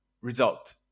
result